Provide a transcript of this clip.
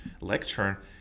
lecture